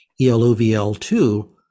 ELOVL2